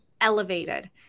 elevated